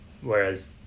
Whereas